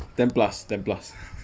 ten plus ten plus